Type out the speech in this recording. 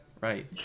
right